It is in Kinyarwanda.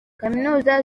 kaminuza